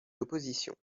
l’opposition